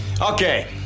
Okay